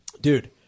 Dude